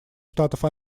штатов